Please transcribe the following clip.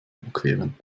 überqueren